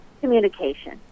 communication